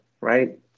right